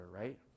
right